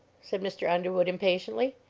said mr. underwood, impatiently.